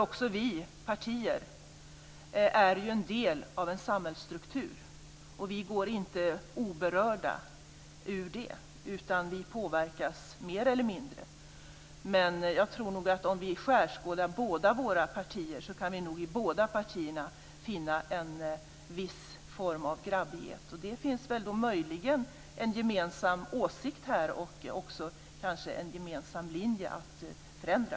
Också vi partier är en del av en samhällsstruktur, och vi går inte oberörda utan påverkas mer eller mindre. Men jag tror att om vi skärskådar båda våra partier kan vi nog i båda partierna finna en viss form av grabbighet. Där finns det möjligen en gemensam åsikt och också en gemensam linje att förändra.